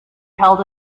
held